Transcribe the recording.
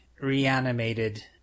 reanimated